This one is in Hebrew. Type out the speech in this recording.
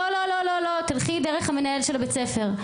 לא, תלכי דרך מנהל בית הספר.